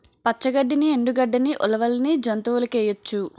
పచ్చ గడ్డిని ఎండు గడ్డని ఉలవల్ని జంతువులకేయొచ్చు